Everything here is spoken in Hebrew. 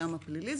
מהמרשם הפלילי,